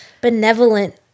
benevolent